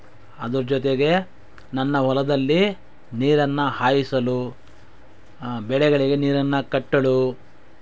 ಅದರ ಜೊತೆಗೆ ನನ್ನ ಹೊಲದಲ್ಲಿ ನೀರನ್ನು ಹಾಯಿಸಲು ಬೆಳೆಗಳಿಗೆ ನೀರನ್ನು ಕಟ್ಟಲು